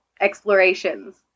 explorations